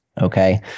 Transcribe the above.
Okay